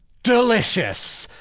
delicious.